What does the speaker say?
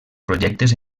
projectes